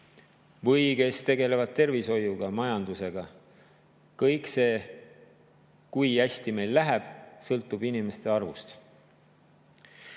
või kes tegelevad tervishoiu ja majandusega. Kui hästi meil läheb, sõltub inimeste arvust.